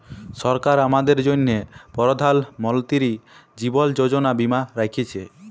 সরকার আমাদের জ্যনহে পরধাল মলতিরি জীবল যোজলা বীমা রাখ্যেছে